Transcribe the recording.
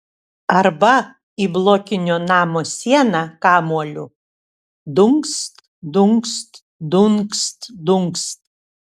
arba į blokinio namo sieną kamuoliu dunkst dunkst dunkst dunkst